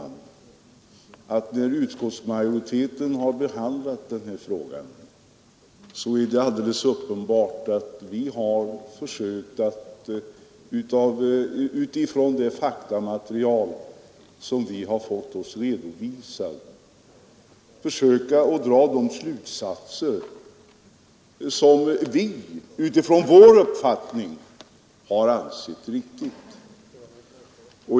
När utskottsmajoriteten har behandlat frågan har vi av det faktamaterial som redovisats för oss försökt dra de slutsatser som vi — utifrån vår uppfattning — har ansett riktiga.